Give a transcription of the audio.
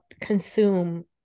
consume